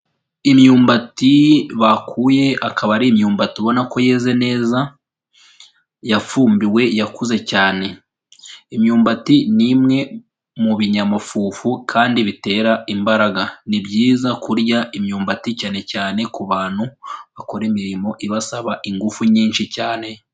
Imyumbati bakuye, akaba ari imyumbati ubona ko yeze neza, yafumbiwe, yakuze cyane. Imyumbati ni imwe mu binyamafufu kandi bitera imbaraga. Ni byiza kurya imyumbati cyane cyane ku bantu bakora imirimo ibasaba ingufu nyinshi cyane.